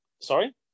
Sorry